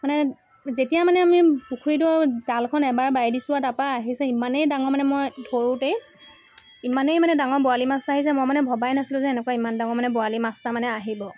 মানে যেতিয়া মানে আমি পুখুৰীটো জালখন এবাৰ বাই দিছোঁ আৰু তাৰপৰা আহিছে ইমানেই ডাঙৰ মানে মই ধৰোতেই ইমানেই মানে ডাঙৰ বৰালি মাছ এটা আহিছে মই মানে ভবাই নাছিলো যে এনেকুৱা মানে ইমান ডাঙৰ বৰালি মাছ এটা মানে আহিব